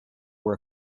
were